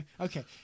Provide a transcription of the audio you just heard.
Okay